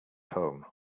home